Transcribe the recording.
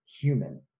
human